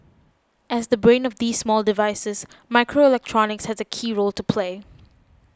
as the brain of these small devices microelectronics has a key role to play